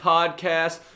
Podcast